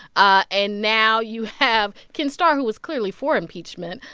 ah and now you have ken starr, who was clearly for impeachment.